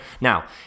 Now